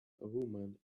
women